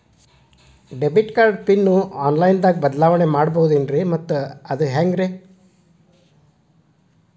Debit card pin online ದಾಗ ಬದಲಾವಣೆ ಮಾಡಬಹುದೇನ್ರಿ ಮತ್ತು ಅದು ಹೆಂಗ್ರಿ?